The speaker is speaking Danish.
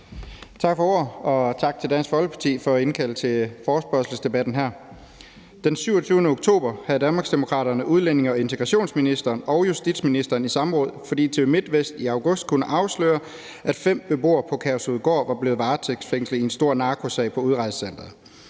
Tak for ordet, og tak til Dansk Folkeparti for at indkalde til forespørgselsdebatten her. Den 27. oktober havde Danmarksdemokraterne udlændinge- og integrationsministeren og justitsministeren i samråd, fordi TV MIDTVEST i august kunne afsløre, at fem beboere på Kærshovedgård var blevet varetægtsfængslet i en stor narkosag på udrejsecenteret.